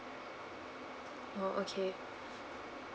oh okay